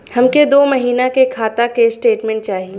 हमके दो महीना के खाता के स्टेटमेंट चाही?